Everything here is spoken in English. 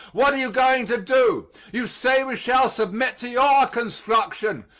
what are you going to do? you say we shall submit to your construction.